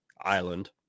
island